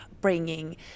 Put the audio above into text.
bringing